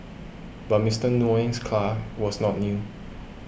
but Mister Nguyen's car was not new